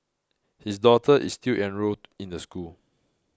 his daughter is still enrolled in the school